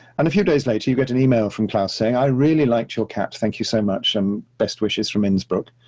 and a few days later, you get an email from klaus saying, i really liked your cat. thank you so much. and um best wishes from innsbrook.